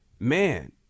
Man